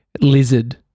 Lizard